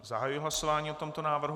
Zahajuji hlasování o tomto návrhu.